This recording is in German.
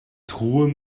truhe